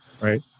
right